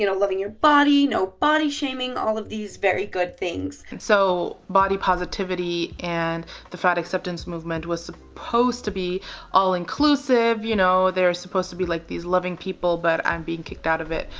you know loving your body, no body shaming, all of these very good things. so body positivity and the fat acceptance movement was supposed to be all inclusive. you know they're supposed to be like these loving people but i'm being kicked out of it.